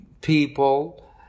people